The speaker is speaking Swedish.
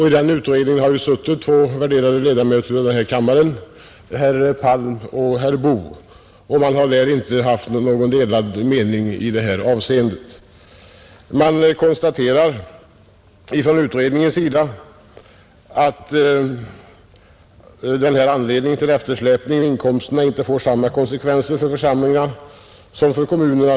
I denna utredning har suttit två värderade ledamöter av kammaren, herr Palm och herr Boo, och de har inte haft någon annan mening i detta avseende. Utredningen konstaterar att eftersläpningen av inkomsterna inte får samma konsekvenser för församlingarna som för kommunerna.